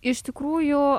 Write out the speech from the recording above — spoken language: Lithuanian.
iš tikrųjų